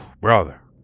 Brother